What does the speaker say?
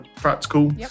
practical